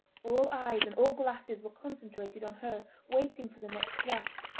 all eyes and all glasses were concentrated on her, waiting for the next flash,